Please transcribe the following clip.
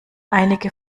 einige